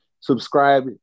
subscribe